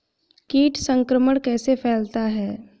कीट संक्रमण कैसे फैलता है?